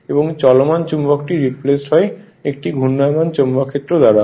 এবং চলমান চুম্বকটি রিপ্লেসড হয় একটি ঘূর্ণায়মান চৌম্বক ক্ষেত্র দ্বারা